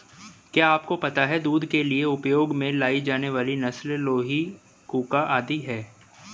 क्या आपको पता है दूध के लिए उपयोग में लाई जाने वाली नस्ल लोही, कूका आदि है?